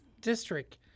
district